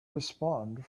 respond